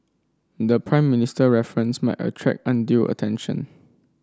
the Prime Minister reference might attract undue attention